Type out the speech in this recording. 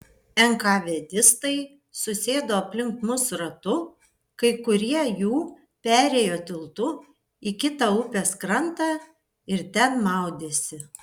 enkavedistai susėdo aplink mus ratu kai kurie jų perėjo tiltu į kitą upės krantą ir ten maudėsi